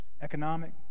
economic